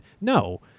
No